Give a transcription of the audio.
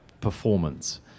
performance